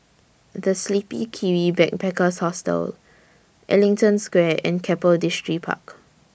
The Sleepy Kiwi Backpackers Hostel Ellington Square and Keppel Distripark